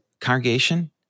congregation